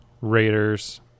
raiders